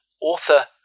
Author